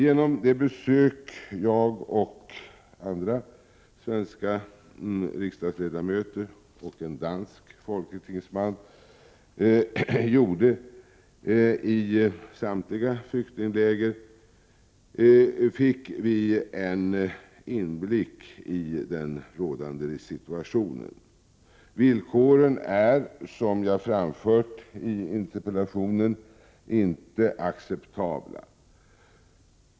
Vid det besök jag och andra svenska riksdagsledamöter samt en dansk folketingsman gjorde i samtliga flyktingläger fick vi en inblick i den rådande situationen. Villkoren är, som jag framförde i interpellationen, inte acceptabla.